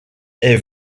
est